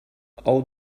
all